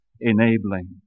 enabling